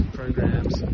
programs